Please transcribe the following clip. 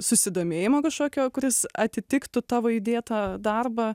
susidomėjimo kažkokio kuris atitiktų tavo įdėtą darbą